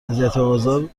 اذیتوآزار